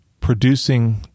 producing